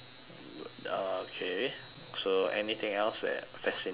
uh okay so anything else that fascinates you